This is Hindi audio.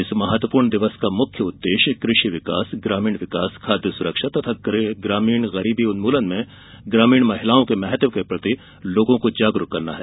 इस महत्वपूर्ण दिवस का मुख्य उद्देश्य कृषि विकास ग्रामीण विकास खाद्य सुरक्षा तथा ग्रामीण गरीबी उन्मूलन में ग्रामीण महिलाओं के महत्व के प्रति लोगों को जागरूक करना हैं